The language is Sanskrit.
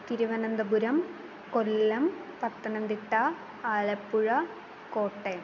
तिरुवनन्तपुरं कोल्लं पत्तनन्दिट्टा आलपपुष़ा कोट्टय्